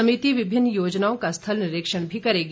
समिति विभिन्न योजनाओं का स्थल निरीक्षण भी करेगी